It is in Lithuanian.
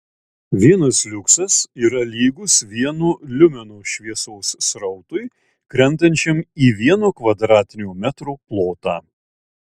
vienas liuksas yra lygus vieno liumeno šviesos srautui krentančiam į vieno kvadratinio metro plotą